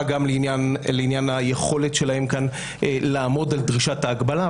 גם לעניין היכולת שלהם כאן לעמוד על דרישת ההגבלה.